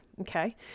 okay